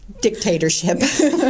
dictatorship